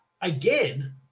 Again